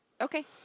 okay